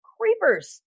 creepers